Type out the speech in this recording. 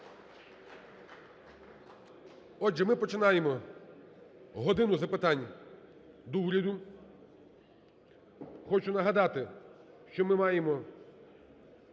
Отже, ми починаємо "годині запитань до Уряду". Хочу нагадати, що ми маємо